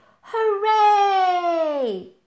Hooray